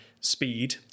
speed